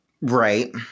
right